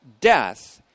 death